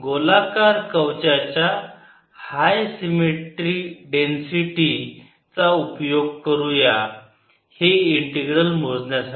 गोलाकार कवचाच्या high symmetry density चा उपयोग करूया हे इंटीग्रल मोजण्यासाठी